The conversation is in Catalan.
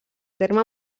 terme